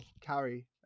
carry